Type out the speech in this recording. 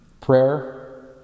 Prayer